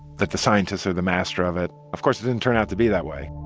that the scientists are the master of it. of course, it didn't turn out to be that way.